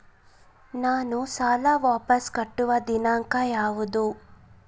ನಾನು ಸಾಲ ವಾಪಸ್ ಕಟ್ಟುವ ದಿನಾಂಕ ಯಾವುದು?